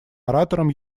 оратором